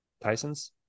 Tyson's